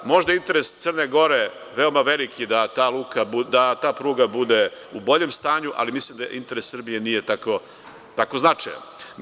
Možda interes Crne Gore je veoma veliki da ta pruga bude u boljem stanju, ali mislim da interes Srbije nije tako značajan.